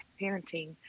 parenting